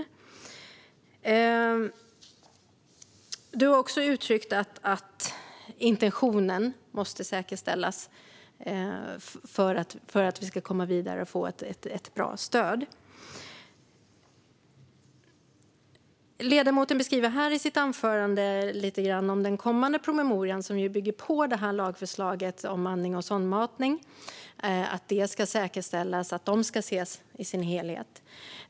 Mikael Dahlqvist har också uttryckt att intentionen måste säkerställas för att vi ska komma vidare och få ett bra stöd. Ledamoten berättade i sitt anförande lite grann om den kommande promemorian, som ju bygger på lagförslaget om andning och sondmatning. Det ska säkerställas att de ska ses i sin helhet.